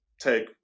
take